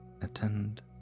attend